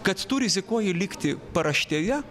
kad tu rizikuoji likti paraštėje